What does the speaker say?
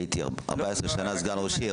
הייתי 14 שנה סגן ראש עיר.